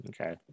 Okay